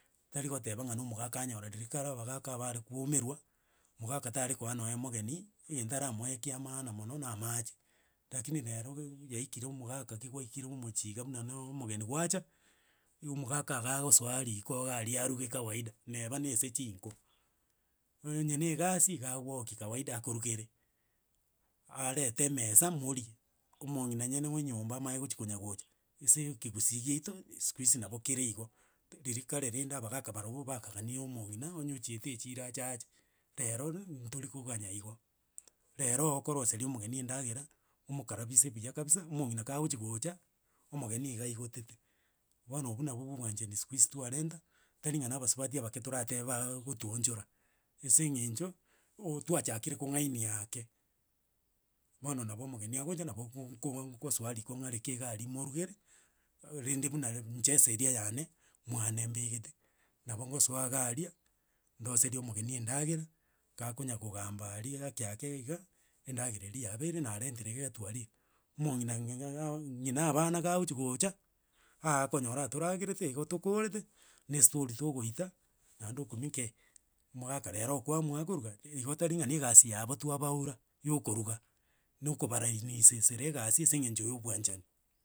Tarigoteba ng'a na omogaka anyorarire, kare abagaka abare kwomerwa, mogaka tare koa nonye mogeni, egento aramoe ekia maana mono na amache, rakini rero be- bu- bu yaikire omogaka, gi kwaikire omochi iga buna naaa omogeni gwacha, igo omogaka igagosoa riko iga aria aruge kawaida, naeba na ase chinko, onye na egasi iga agwoki kawaida akorugere, arete emesa morie omong'ina nyene bwa enyomba amanye gochi konyagocha. Ase ekegusii giaito, siku hizi nabo kere igo, riria kare rende abagaka barobwo bakaganire omong'ina onye ochiete echiro acha ache, rero ntorikoganya igo, rero ookoroseria omogeni endagera, omokarabise buya kabisa, omong'ina kagochi gocha, omogeni iga aigotete, bono obwo nabo obwanchani siku hizi twarenta, tari ng'a na abasubati abake toratebaaa gotuonchora, ase eng'encho, oooo twachakire kong'ainia ake, bono nabo omogeni agocha nabo obo- bo nkoa nkosoa riko ng'areke iga aria morugere, ee rende buna ere inche eseria yane, mwane mbegete, nabo ngosoa iga aria, ndoserie omogeni endagera, gakonya kogamba aria iga ake ake iga, endagera eria yabeire narentire iga iga twarire. Omong'ina ng'ing'ang'ao ng'ina abana gagochi gocha, aakonyora toragerete, igo tokorete, na estori togoita, naende okumia kei, omogaka rero kwaamua koruga, igo ng'a tari na egasi yabo twabaura ya okoruga, noko barainisesere egasi ase eng'encho ya obwanchani.